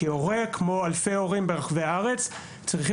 כמו אלפי הורים ברחבי הארץ,